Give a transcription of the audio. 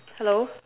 hello